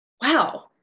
wow